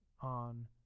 on